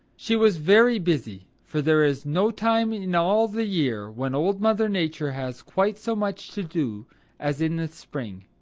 she was very busy, for there is no time in all the year when old mother nature has quite so much to do as in the spring.